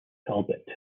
talbot